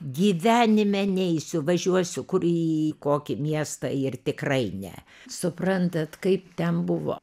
gyvenime neisiu važiuosiu kur į kokį miestą ir tikrai ne suprantat kaip ten buvo